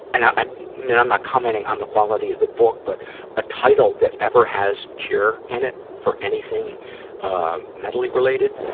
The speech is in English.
and, i mean, i'm not commenting on the quality of the book, but a title that ever has cure in it for anything ah mentally related,